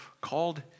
called